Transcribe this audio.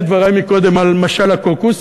ראה דברי קודם על משל הקוקוס.